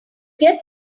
get